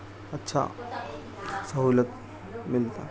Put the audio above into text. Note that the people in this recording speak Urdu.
اچھا سہولت ملتا